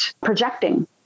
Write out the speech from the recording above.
projecting